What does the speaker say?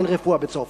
אין רפואה בצרפת,